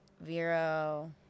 Vero